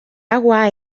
agua